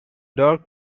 dark